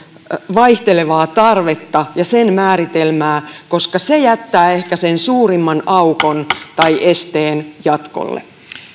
vaihtelevaa tarvetta ja sen määritelmää koska se jättää ehkä sen suurimman aukon tai esteen jatkolle